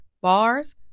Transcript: bars